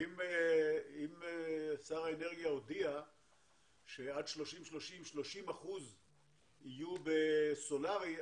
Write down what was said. אם שר האנרגיה הודיע שעד 2030 30% יהיה סולארי,